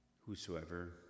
whosoever